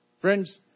Friends